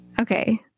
okay